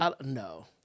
No